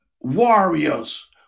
warriors